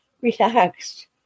relaxed